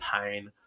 pain